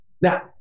Now